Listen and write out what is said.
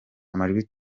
amajwi